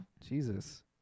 Jesus